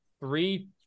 three